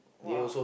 !wah!